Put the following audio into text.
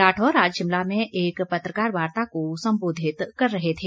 राठौर आज शिमला में एक पत्रकार वार्ता को सम्बोधित कर रहे थे